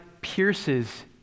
pierces